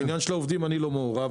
בעניין העובדים אני לא מעורב.